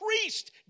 priest